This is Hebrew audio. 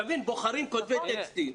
אתה מבין, בוחרים כותבי טקסטים.